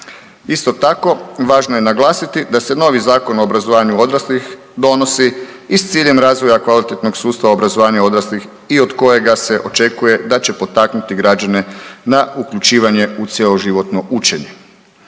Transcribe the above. Isto tako, važno je naglasiti da se novi Zakon o obrazovanju odraslih donosi i s ciljem razvoja kvalitetnog sustava obrazovanja odraslih i od kojega se očekuje da će potaknuti građane na uključivanje u cjeloživotno učenje.